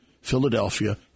Philadelphia